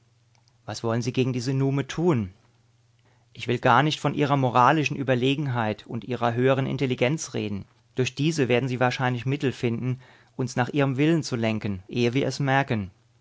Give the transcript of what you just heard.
was wollen sie gegen diese nume tun ich will gar nicht von ihrer moralischen überlegenheit und ihrer höheren intelligenz reden durch diese werden sie wahrscheinlich mittel finden uns nach ihrem willen zu lenken ehe wir es merken